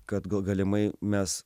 kad gal galimai mes